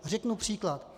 Řeknu příklad.